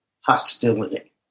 hostility